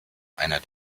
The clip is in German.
einer